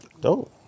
Dope